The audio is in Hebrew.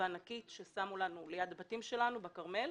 וענקית ששמו על יד הבתים שלנו בכרמל.